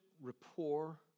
rapport